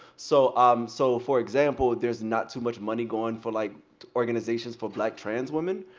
so um so for example, there's not too much money going for like organizations for black trans women,